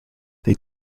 they